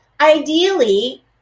ideally